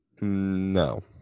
no